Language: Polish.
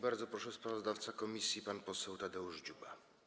Bardzo proszę, sprawozdawca komisji pan poseł Tadeusz Dziuba.